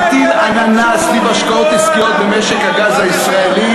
מטילה עננה סביב השקעות עסקיות במשק הגז הישראלי